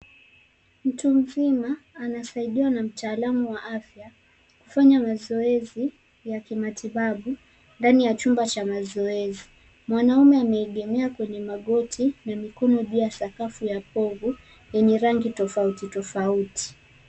Mtu mzima anasaidiwa na mtaalamu wa afya kufanya mazoezi ya kimatibabu ndani ya chumba cha mazoezi. Mwanaume ameegemea kwenye magoti na mikono juu ya sakafu ya povu yenye rangi tofauti tofauti.